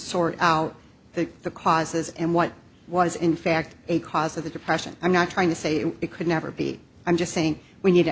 sort out the the causes and what was in fact a cause of the depression i'm not trying to say it could never be i'm just saying we need to